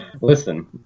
Listen